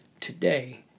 today